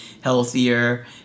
healthier